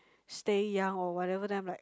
stay young or whatever then I'm like